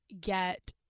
get